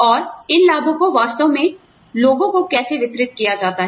और इन लाभों को वास्तव में लोगों को कैसे वितरित किया जाता है